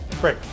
great